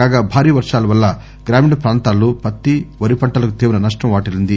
కాగా భారీ వర్షాల వల్ల గ్రామీణ ప్రాంతాలలో పత్తి వరి పంటలకు తీవ్ర నష్టం వాటిల్లింది